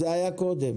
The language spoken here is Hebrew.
זה היה קודם.